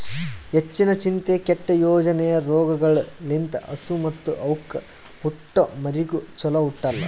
ಹೆಚ್ಚಿನ ಚಿಂತೆ, ಕೆಟ್ಟ ಯೋಚನೆ ರೋಗಗೊಳ್ ಲಿಂತ್ ಹಸು ಮತ್ತ್ ಅವಕ್ಕ ಹುಟ್ಟೊ ಮರಿಗಳು ಚೊಲೋ ಹುಟ್ಟಲ್ಲ